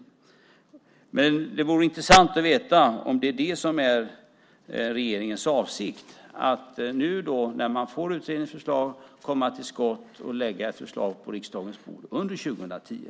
Det vore intressant att veta om det är regeringens avsikt att, när man får utredningens förslag, komma till skott och lägga ett förslag på riksdagens bord under 2010.